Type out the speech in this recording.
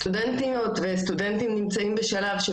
סטודנטיות וסטודנטים נמצאים בשלב של